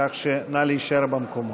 כך שנא להישאר במקומות.